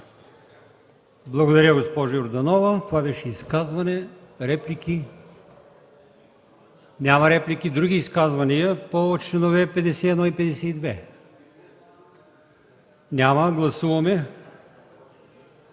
Благодаря, госпожо Йорданова. Това беше изказване. Реплики? Няма. Други изказвания по членове 51 и 52? Няма. Гласуваме